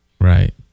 Right